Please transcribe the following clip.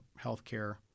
healthcare